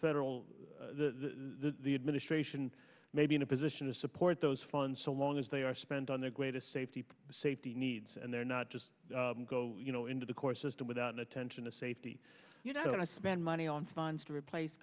federal the administration may be in a position to support those funds so long as they are spent on their greatest safety safety needs and they're not just go you know into the core system without inattention to safety you know i spend money on funds to replace